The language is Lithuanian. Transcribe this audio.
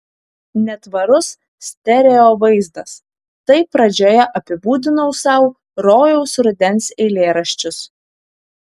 netvarus stereo vaizdas taip pradžioje apibūdinau sau rojaus rudens eilėraščius